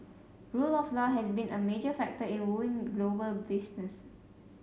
rule of law has been a major factor in wooing global business